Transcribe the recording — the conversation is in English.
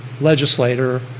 legislator